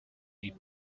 die